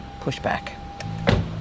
pushback